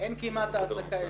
אין כמעט העסקה ישירה.